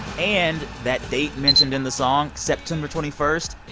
and that date mentioned in the song, september twenty first,